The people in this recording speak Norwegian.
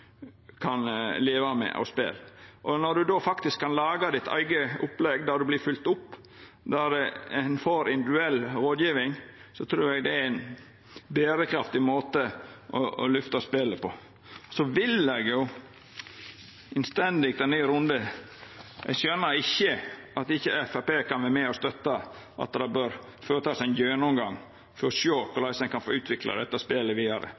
kan laga sitt eige opplegg, der ein blir fylgd opp og får individuell rådgjeving, trur eg det er ein berekraftig måte å lyfta spelet på. Så vil eg innstendig be om ein ny runde. Eg skjønar ikkje at ikkje Framstegspartiet kan vera med og støtta at det bør gjerast ein gjennomgang for å sjå korleis ein kan få utvikla dette spelet vidare.